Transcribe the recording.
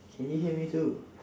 can you hear me too